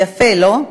יפה, לא?